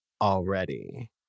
already